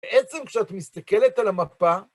בעצם כשאת מסתכלת על המפה,